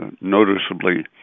noticeably